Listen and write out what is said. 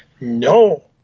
no